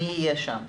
אני אהיה שם.